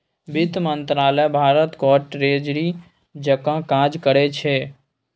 बित्त मंत्रालय भारतक ट्रेजरी जकाँ काज करै छै